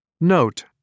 Note